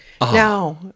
Now